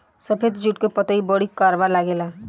सफेद जुट के पतई बड़ी करवा लागेला